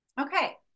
okay